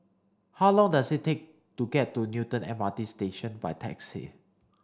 how long does it take to get to Newton M R T Station by taxi